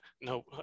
no